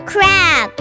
Crab